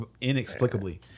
inexplicably